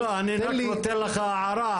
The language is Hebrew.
לא, לא, אני רק נותן לך הערה.